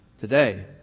today